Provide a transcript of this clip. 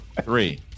three